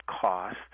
cost